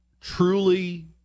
truly